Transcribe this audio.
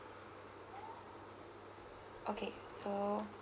okay so